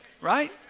Right